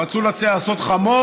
רצו לעשות חמור,